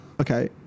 Okay